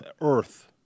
Earth